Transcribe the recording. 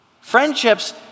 Friendships